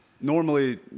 Normally